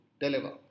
deliver